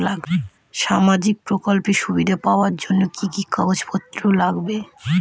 সামাজিক প্রকল্পের সুবিধা পাওয়ার জন্য কি কি কাগজ পত্র লাগবে?